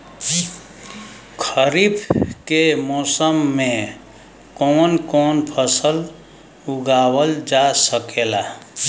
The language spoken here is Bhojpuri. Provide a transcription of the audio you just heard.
खरीफ के मौसम मे कवन कवन फसल उगावल जा सकेला?